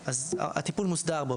הטיפול מוסדר בו.